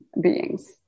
beings